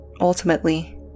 ultimately